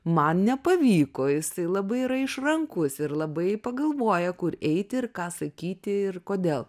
man nepavyko jisai labai yra išrankus ir labai pagalvoja kur eiti ir ką sakyti ir kodėl